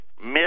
miss